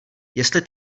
jestli